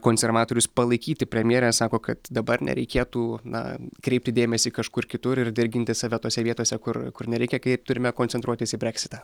konservatorius palaikyti premjerę sako kad dabar nereikėtų na kreipti dėmesį kažkur kitur ir dirginti save tose vietose kur kur nereikia kai turime koncentruotis į breksitą